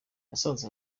yasanze